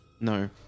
No